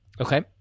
Okay